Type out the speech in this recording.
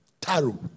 Taro